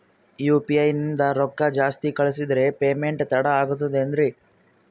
UPI ನಿಂದ ರೊಕ್ಕ ಜಾಸ್ತಿ ಕಳಿಸಿದರೆ ಪೇಮೆಂಟ್ ತಡ ಆಗುತ್ತದೆ ಎನ್ರಿ?